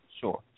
sure